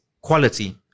quality